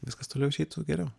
viskas toliau išeitų geriau